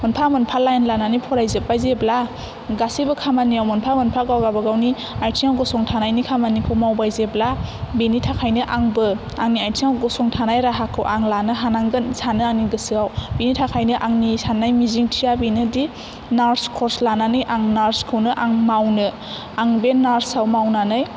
मोनफा मोनफा लाइन लानानै फरायजोबबाय जेब्ला गासिबो खामानियाव मोनफा मोनफा गाव गाबागावनि आथिङाव गसंथानायनि खामानिखौ मावबाय जेब्ला बेनि थाखायनो आंबो आंनि आथिङाव गसंथानाय राहाखौ आं लानो हानांगोन सानो आंनि गोसोयाव बेनि थाखायनो आंनि साननाय मिजिंथिया बेनोदि नार्स कर्स लानानै आं नार्सखौनो आं मावनो आं बे नार्सयाव मावनानै